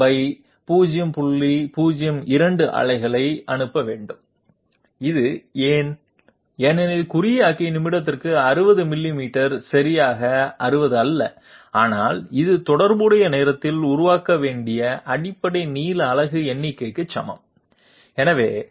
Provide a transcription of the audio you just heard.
02 அலைகளை அனுப்ப வேண்டும் இது ஏன் ஏனெனில் குறியாக்கிக்கு நிமிடத்திற்கு 60 மில்லிமீட்டர் சரியாக 60 அல்ல ஆனால் இது தொடர்புடைய நேரத்தில் உருவாக்க வேண்டிய அடிப்படை நீள அலகு எண்ணிக்கைக்கு சமம் எனவே 600